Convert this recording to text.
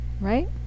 right